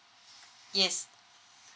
yes